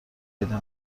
پیدا